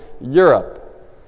Europe